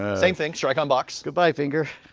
same thing, strike-on-box. goodbye finger.